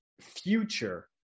future